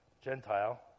Gentile